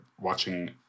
watching